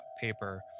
paper